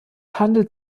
handelt